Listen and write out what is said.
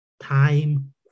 Time